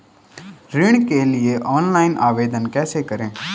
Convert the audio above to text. ऋण के लिए ऑनलाइन आवेदन कैसे करें?